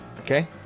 okay